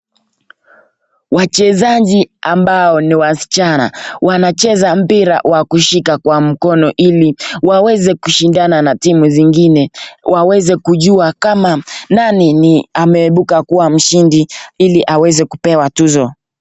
Wachezaji ambao ni wasichana wanacheza mpira wa kuhika kwa mkono, ili waweze kushindana na timu zingne, waweze kujua kama nani ni ameebuka kuwa mshindi ili aweze kupewa tuzo.